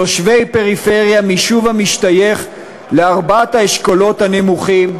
תושבי פריפריה מיישוב המשתייך לארבעת האשכולות הנמוכים,